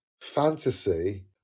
fantasy